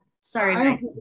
Sorry